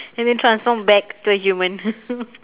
and then transform back to a human